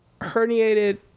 herniated